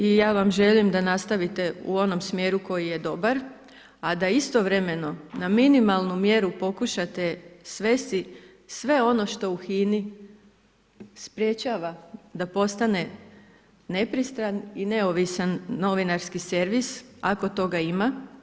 I ja vam želim da nastavite u onom smjeru koji je dobar a da istovremeno na minimalnu mjeru pokušate svesti sve ono što u HINA-i sprječava da postane nepristran i neovisan novinarski servis ako toga ima.